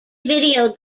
video